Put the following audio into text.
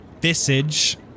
visage